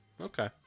Okay